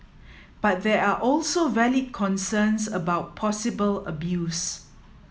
but there are also valid concerns about possible abuse